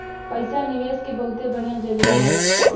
पइसा निवेस के बहुते बढ़िया जरिया हौ